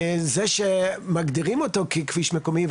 זה שמגדירים אותו ככביש מקומי,